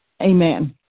Amen